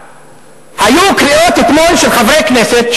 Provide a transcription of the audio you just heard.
היו קריאות אתמול של חברי כנסת,